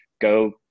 go